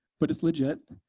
but it's legit.